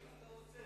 מה אתה רוצה,